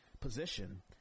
position